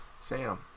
Sam